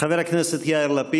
חבר הכנסת יאיר לפיד,